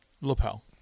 Lapel